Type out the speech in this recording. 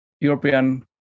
European